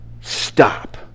stop